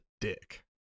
dick